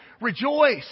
rejoice